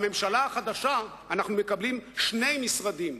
בממשלה החדשה אנחנו מקבלים שני משרדים: